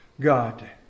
God